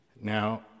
Now